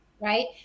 right